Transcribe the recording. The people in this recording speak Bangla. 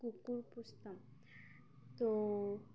কুকুর পুষতাম তো